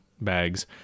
bags